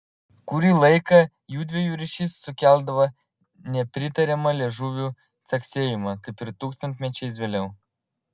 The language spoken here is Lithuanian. kurį laiką jųdviejų ryšys sukeldavo nepritariamą liežuvių caksėjimą kaip ir tūkstantmečiais vėliau